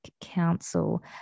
Council